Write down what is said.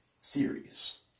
series